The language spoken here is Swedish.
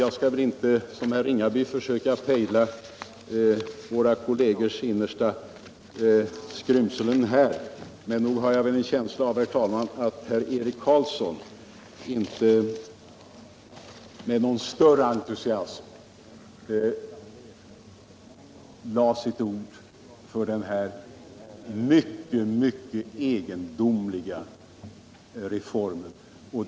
Jag skall inte som herr Ringaby försöka pejla våra kollegers innersta skrymslen, men nog har jag en känsla av att herr Eric Carlsson inte med någon större entusiasm lade sitt ord för detta mycket egendomliga förslag.